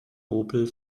opel